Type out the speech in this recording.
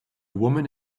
woman